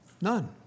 None